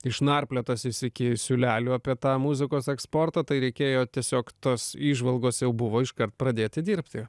išnarpliotas jis iki siūlelių apie tą muzikos eksportą tai reikėjo tiesiog tos įžvalgos jau buvo iškart pradėti dirbti